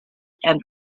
and